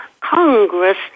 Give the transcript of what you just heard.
Congress